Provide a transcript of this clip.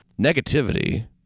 negativity